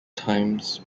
times